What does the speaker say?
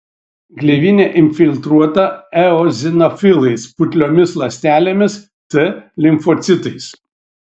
gleivinė infiltruota eozinofilais putliomis ląstelėmis t limfocitais